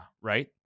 Right